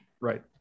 Right